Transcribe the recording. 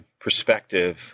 perspective